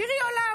"תיראי עולם",